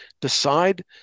decide